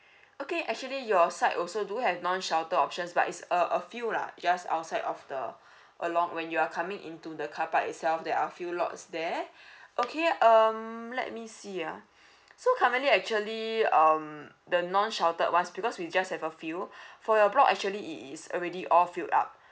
okay actually your side also do have non shelter options but is a a few lah just outside of the along when you are coming into the carpark itself there are few lots there okay um let me see ah so currently actually um the non sheltered one because we just have a few for your block actually it is already all filled up